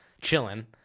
chilling